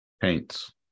Paints